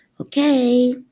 Okay